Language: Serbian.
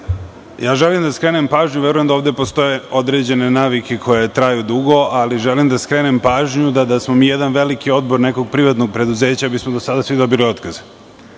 Hvala. Želim da skrenem pažnju, verujem da ovde postoje određene navike koje traju dugo, ali želim da skrenem pažnju da smo mi jedan veliki odbor nekog privatnog preduzeća, mi bi smo do sada svi dobili otkaze